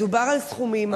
דובר על סכומים,